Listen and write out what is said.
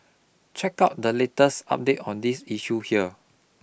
check out the latest update on this issue here